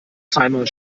timer